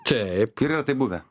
taip yra tai buvę